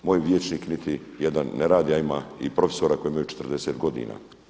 Moj vijećnik niti jedan ne radi, a ima i profesora koji imaju 40 godina.